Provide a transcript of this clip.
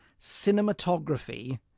cinematography